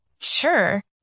Sure